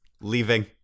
Leaving